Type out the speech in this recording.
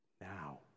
now